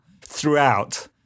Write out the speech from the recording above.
throughout